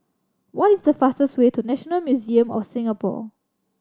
what is the fastest way to National Museum of Singapore